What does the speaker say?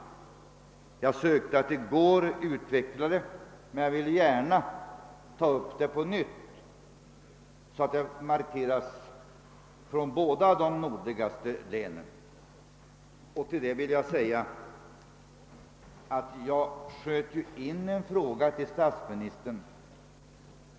Jag sökte utveckla detta i går, men jag vill gärna ta upp det på nytt, så att det markeras från båda de nordligaste länen. Jag sköt också in en fråga till statsministern.